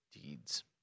deeds